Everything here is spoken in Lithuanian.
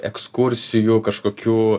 ekskursijų kažkokių